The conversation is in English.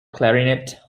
clarinet